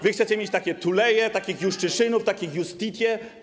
Wy chcecie mieć takie Tuleye, takich Juszczyszynów, takie Iustitie.